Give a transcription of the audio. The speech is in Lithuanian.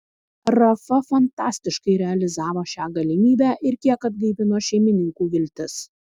rafa fantastiškai realizavo šią galimybę ir kiek atgaivino šeimininkų viltis